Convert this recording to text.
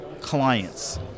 clients